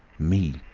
me.